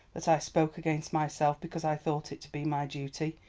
that i spoke against myself because i thought it to be my duty.